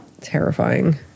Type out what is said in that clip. terrifying